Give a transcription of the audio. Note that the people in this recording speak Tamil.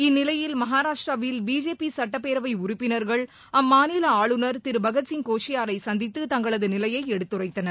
இந்நிலையில் மகாராஷ்டிராவில் பிஜேபி சட்டப்பேரவை உறுப்பினர்கள் அம்மாநில ஆளுநர் திரு பகத்சிங் கோஷியாரை சந்தித்து தங்களது நிலையை எடுத்துரைத்தனர்